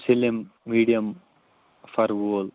slim medium فر وول